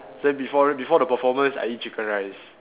then before before the performance I eat chicken rice